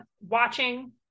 watching